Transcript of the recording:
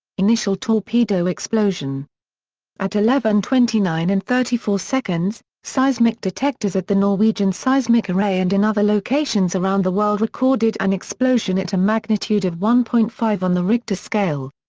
initial torpedo explosion at eleven twenty nine and thirty four, seismic detectors at the norwegian seismic array and in other locations around the world recorded an explosion at a magnitude of one point five on the richter scale.